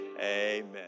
Amen